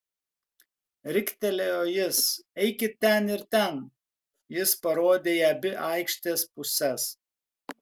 riktelėjo jis eikit ten ir ten jis parodė į abi aikštės puses